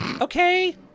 Okay